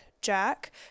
Jack